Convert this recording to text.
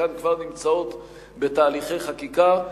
חלקן כבר נמצא בתהליכי חקיקה.